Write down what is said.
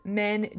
men